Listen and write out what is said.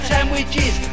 Sandwiches